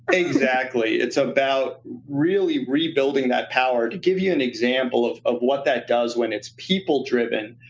exactly. it's about really rebuilding that power. to give you an example of of what that does when it's people driven,